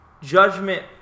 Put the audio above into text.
judgment